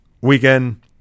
weekend